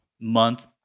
month